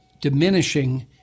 diminishing